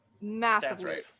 massively